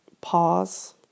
pause